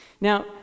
Now